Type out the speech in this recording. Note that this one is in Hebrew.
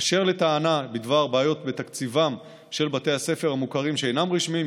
אשר לטענה בדבר בעיות בתקציבם של בתי הספר המוכרים שאינם רשמיים,